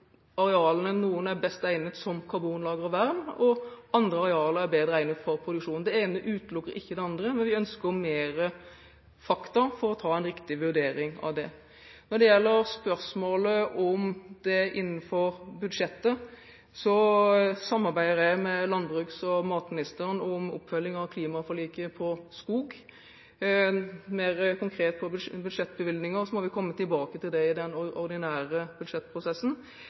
Noen arealer er best egnet for karbonlager og vern, og andre arealer er bedre egnet for produksjon. Det ene utelukker ikke det andre, men vi ønsker mer fakta for å ta en riktig vurdering av det. Når det gjelder spørsmålet om det er innenfor budsjettet, samarbeider jeg med landbruks- og matministeren om oppfølging av klimaforliket på skog. Når det gjelder budsjettbevilgninger mer konkret, må vi komme tilbake til det i den ordinære budsjettprosessen.